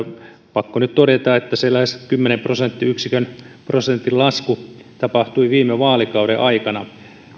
pakko nyt todeta että se lähes kymmenen prosentin lasku tapahtui viime vaalikauden aikana